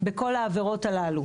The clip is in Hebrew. בכל העבירות הללו,